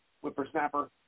Whippersnapper